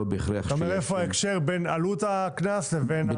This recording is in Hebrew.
אתה אומר איפה ההקשר בין עלות הקנס לבין זה.